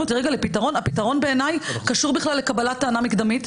הפתרון בעיני קשור בכלל לקבלת טענה מקדמית,